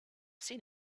seen